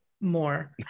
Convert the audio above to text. more